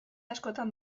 askotan